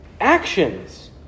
actions